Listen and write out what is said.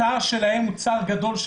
הצער שלהם גדול,